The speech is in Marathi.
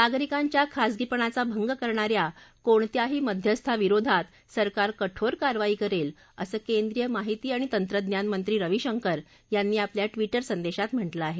नागरिकांच्या खासगीपणाचा भंग करणाऱ्या कोणत्याही मध्यस्था विरोधात सरकार कठोर कारवाई करेल असं केंद्रीय माहिती आणि तंत्रज्ञानमंत्री रवी शंकर यांनी आपल्या ट्विटर संदेशात म्हटलं आहे